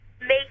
make